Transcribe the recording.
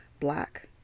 black